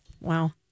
Wow